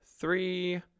three